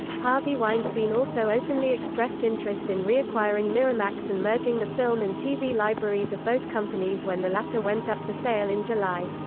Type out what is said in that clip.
harvey weinstein also openly expressed interest in reacquiring miramax and merging the film and tv libraries of both companies when the latter went up for sale in july.